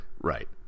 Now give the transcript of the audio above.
Right